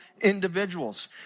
individuals